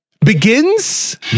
Begins